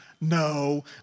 No